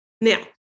Now